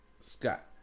Scott